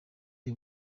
the